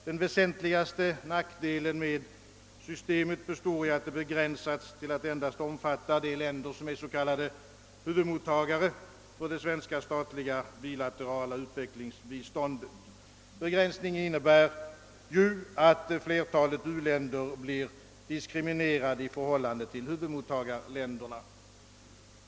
Den väsentligaste nackdelen med systemet består i att det begränsats till att omfatta endast de länder som är s.k. huvudmottagare för det svenska statliga bilaterala utvecklingsbiståndet. Begränsningen innebär ju, att flertalet uländer blir diskriminerade i förhållande till huvudmottagarländerna.